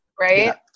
Right